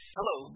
Hello